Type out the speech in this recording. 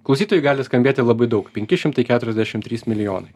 klausytojui gali skambėti labai daug penki šimtai keturiasdešim trys milijonai